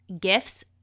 gifts